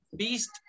Beast